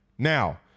Now